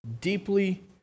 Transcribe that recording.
deeply